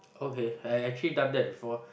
okay I actually done that before